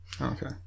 Okay